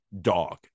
dog